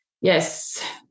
yes